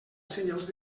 senyals